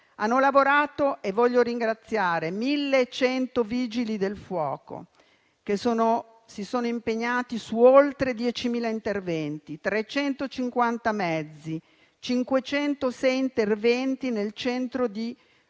Hanno lavorato e voglio ringraziare: 1.100 vigili del fuoco, che sono stati impegnati in oltre 10.000 interventi; 350 mezzi; 506 interventi nel centro di